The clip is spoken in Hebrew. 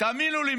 תאמינו לי,